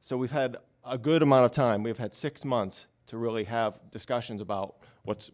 so we've had a good amount of time we've had six months to really have discussions about what's